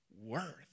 worth